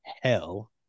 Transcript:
hell